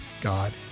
God